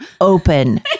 open